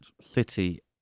city